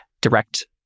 direct